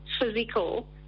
physical